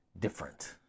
different